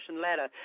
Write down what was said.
ladder